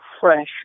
fresh